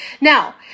now